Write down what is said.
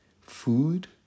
Food